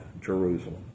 Jerusalem